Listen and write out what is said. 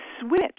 switch